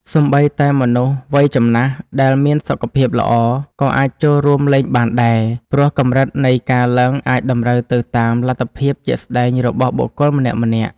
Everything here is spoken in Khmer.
សូម្បីតែមនុស្សវ័យចំណាស់ដែលមានសុខភាពល្អ ក៏អាចចូលរួមលេងបានដែរ ព្រោះកម្រិតនៃការឡើងអាចតម្រូវទៅតាមលទ្ធភាពជាក់ស្តែងរបស់បុគ្គលម្នាក់ៗ។